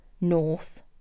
North